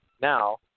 now